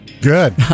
Good